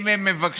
אם הם מבקשים